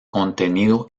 contenido